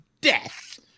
death